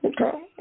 okay